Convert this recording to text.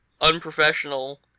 unprofessional